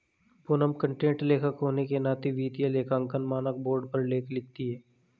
Poonam content लेखक होने के नाते वित्तीय लेखांकन मानक बोर्ड पर लेख लिखती है